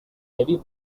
heavy